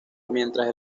mientras